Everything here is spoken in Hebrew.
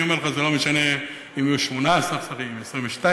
אני אומר לך שזה לא משנה אם יהיו 18 שרים או 22 שרים,